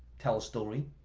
tell story,